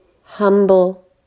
humble